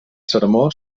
sermó